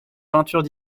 peintures